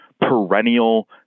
perennial